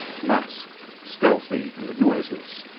masked, stealthy, and noiseless,